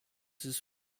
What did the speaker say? his